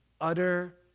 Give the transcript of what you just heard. utter